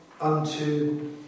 unto